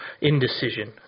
indecision